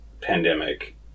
pandemic